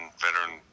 veteran